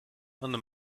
under